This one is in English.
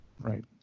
right